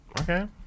Okay